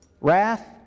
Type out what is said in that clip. wrath